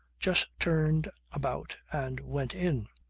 just turned about and went in.